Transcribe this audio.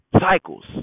cycles